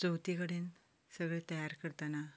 चवथी कडेन सगळें तयार करतना